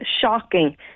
shocking